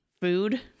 food